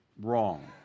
wrong